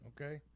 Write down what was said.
okay